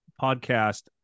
podcast